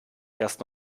erst